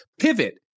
pivot